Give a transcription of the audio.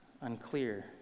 unclear